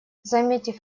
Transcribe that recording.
заметив